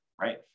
right